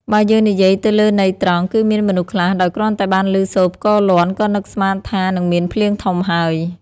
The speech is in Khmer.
បើយើងនិយាយទៅលើន័យត្រង់ គឺមានមនុស្សខ្លះដោយគ្រាន់តែបានឮសូរផ្គរលាន់ ក៏នឹងស្មានថា នឹងមានភ្លៀងធំហើយ ។